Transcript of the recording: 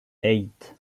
eight